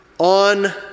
On